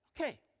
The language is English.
okay